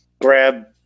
grab